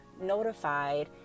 notified